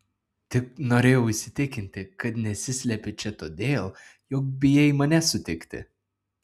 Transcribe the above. tik norėjau įsitikinti kad nesislepi čia todėl jog bijai mane sutikti